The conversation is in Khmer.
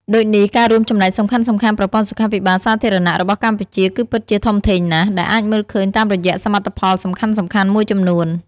ដូចនេះការរួមចំណែកសំខាន់ៗប្រព័ន្ធសុខាភិបាលសាធារណៈរបស់កម្ពុជាគឺពិតជាធំធេងណាស់ ដែលអាចមើលឃើញតាមរយៈសមិទ្ធផលសំខាន់ៗមួយចំនួន។